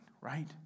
right